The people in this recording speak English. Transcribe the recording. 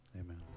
Amen